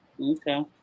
Okay